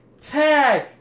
Tag